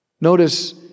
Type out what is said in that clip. Notice